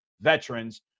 veterans